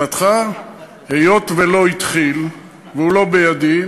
היות שהוא לא התחיל והוא לא בידי,